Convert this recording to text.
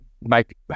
make